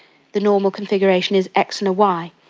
the normal configuration is x and a y.